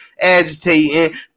agitating